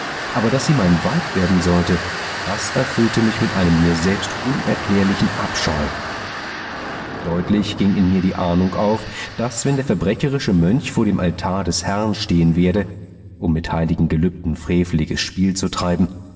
aber daß sie mein weib werden sollte das erfüllte mich mit einem mir selbst unerklärlichen abscheu deutlich ging in mir die ahnung auf daß wenn der verbrecherische mönch vor dem altar des herrn stehen werde um mit heiligen gelübden freveliges spiel zu treiben